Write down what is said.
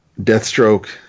Deathstroke